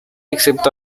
excepto